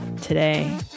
today